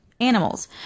animals